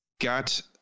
got